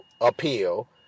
appeal